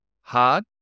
hard